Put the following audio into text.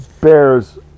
bears